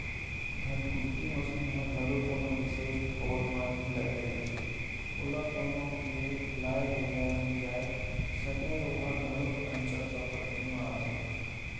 धनकुट्टी मसीन ह घलो कोनो बिसेस ठउर म ही लगे रहिथे, ओला कोनो मेर लाय लेजाय नइ जाय सकय ओहा घलोक अंचल संपत्ति म आथे